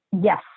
Yes